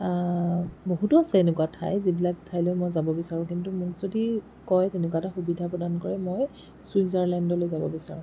বহুতো আছে এনেকুৱা ঠাই যিবিলাক ঠাইলৈ মই যাব বিচাৰোঁ কিন্তু মোক যদি কয় তেনেকুৱা এটা সুবিধা প্ৰদান কৰে মই চুইজাৰলেণ্ডলৈ যাব বিচাৰোঁ